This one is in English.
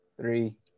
three